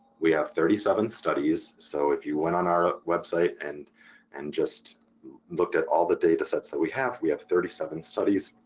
we have thirty seven studies, so if you went on our ah website and and just looked at all the datasets that we have we have thirty seven studies.